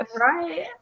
Right